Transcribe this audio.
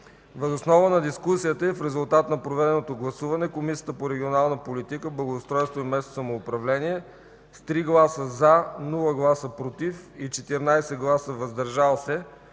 Въз основа на дискусията и в резултат на проведеното гласуване, Комисията по регионална политика, благоустройство и местно самоуправление с 3 гласа „за”, без„против” и 14 гласа„въздържали се”,